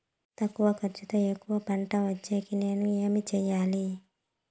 తక్కువ ఖర్చుతో ఎక్కువగా పంట వచ్చేకి నేను ఏమి చేయాలి?